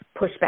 pushback